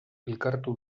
elkartu